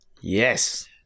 yes